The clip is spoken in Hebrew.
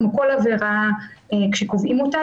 כמו כל עבירה כשקובעים אותה,